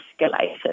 escalated